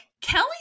Kelly